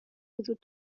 وجود